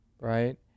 right